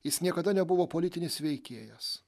jis niekada nebuvo politinis veikėjas